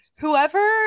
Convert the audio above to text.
whoever